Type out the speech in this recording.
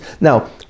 Now